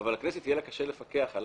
אבל לכנסת יהיה קשה לפקח על